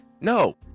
No